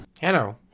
Hello